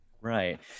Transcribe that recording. right